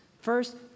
First